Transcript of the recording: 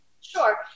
Sure